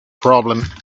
problem